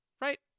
Right